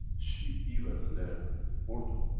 she even learned urdu.